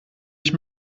ich